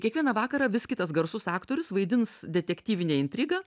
kiekvieną vakarą vis kitas garsus aktorius vaidins detektyvinę intrigą